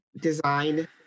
design